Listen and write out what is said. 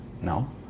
No